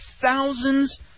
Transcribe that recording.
thousands